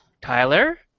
Tyler